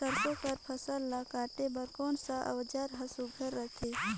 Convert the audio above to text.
सरसो कर फसल ला काटे बर कोन कस औजार हर सुघ्घर रथे?